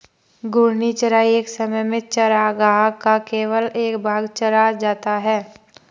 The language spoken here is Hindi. घूर्णी चराई एक समय में चरागाह का केवल एक भाग चरा जाता है